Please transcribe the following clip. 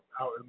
out